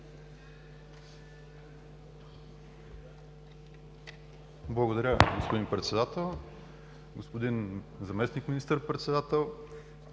Благодаря, господин Председател. Господин Заместник министър-председател,